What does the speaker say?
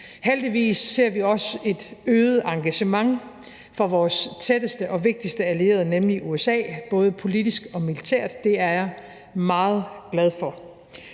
Heldigvis ser vi også et øget engagement fra vores tætteste og vigtigste allierede, nemlig USA, både politisk og militært, og det er jeg meget glad for.